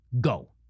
go